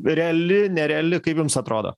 reali nereali kaip jums atrodo